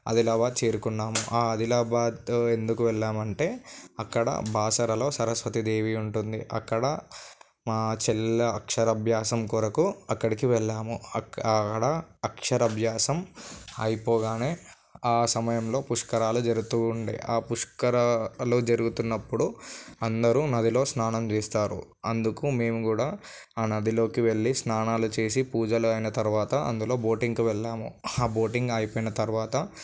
అదిలాబాద్ చేరుకున్నాము ఆ అదిలాబాద్ ఎందుకు వెళ్ళామంటే అక్కడ బాసరలో సరస్వతి దేవి ఉంటుంది అక్కడ మా చెల్లి అక్షరాభ్యాసం కొరకు అక్కడికి వెళ్ళాము అక్కడ ఆడ అక్షరభ్యాసం అయిపోగానే ఆ సమయంలో పుష్కరాలు జరుగుతు ఉండే ఆ పుష్కరాలు జరుగుతున్నప్పుడు అందరు నదిలో స్నానం చేస్తారు అందుకు మేము కూడా ఆ నదిలోకి వెళ్ళి స్నానాలు చేసి పూజలు అయిన తర్వాత అందులో బోటింగ్కి వెళ్ళాము ఆ బోటింగ్కి అయిపోయిన తర్వాత